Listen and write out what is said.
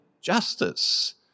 justice